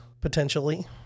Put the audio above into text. potentially